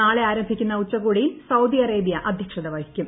നാളെ ആരംഭിക്കുന്ന ഉച്ചകോടിയിൽ സൌദി അറേബൃ അദ്ധ്യക്ഷത വഹിക്കും